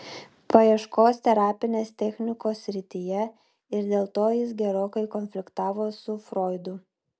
paieškos terapinės technikos srityje ir dėl to jis gerokai konfliktavo su froidu